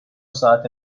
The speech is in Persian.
ساعت